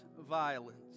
violence